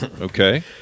Okay